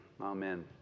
amen